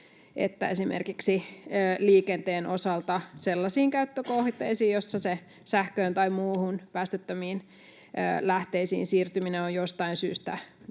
esimerkiksi liikenteen osalta sellaisiin käyttökohteisiin, joissa se sähköön tai muihin päästöttömiin lähteisiin siirtyminen on jostain syystä vaikeampaa.